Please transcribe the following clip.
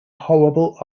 horrible